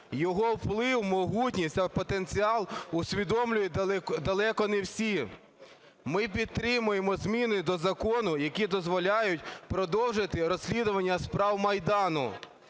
Його вплив, могутність та потенціал усвідомлюють далеко не всі. Ми підтримуємо зміни до закону, які дозволяють продовжити розслідування справ Майдану.